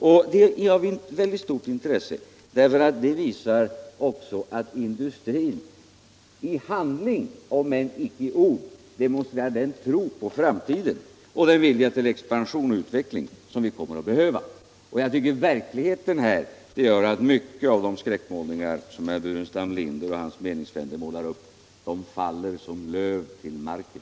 Och detta är av mycket stort intresse, ty det visar att industrin i handling, om än icke i ord, demonstrerar den tro på framtiden och den vilja till expansion och utveckling som vi kommer att behöva. Därför tycker jag att verkligheten gör att mycket av de skräckmålningar som herr Burenstam Linder och hans meningsfränder målar upp faller som löv till marken.